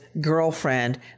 girlfriend